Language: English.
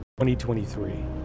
2023